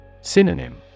Synonym